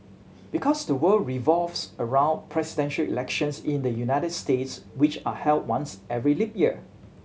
because the world revolves around presidential elections in the United States which are held once every leap year